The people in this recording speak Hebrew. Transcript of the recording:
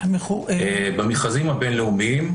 במכרזים הבין לאומיים,